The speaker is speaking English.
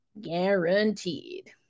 guaranteed